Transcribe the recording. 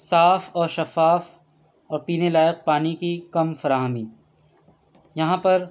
صاف اور شفّاف اور پینے لائق پانی كی کم فراہمی یہاں پر